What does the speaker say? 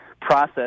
process